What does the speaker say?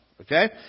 okay